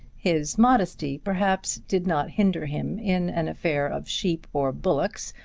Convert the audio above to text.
his modesty, perhaps, did not hinder him in an affair of sheep or bullocks,